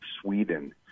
Sweden